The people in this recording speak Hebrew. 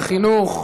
אה, החליפו.